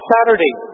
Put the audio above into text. Saturday